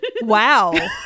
Wow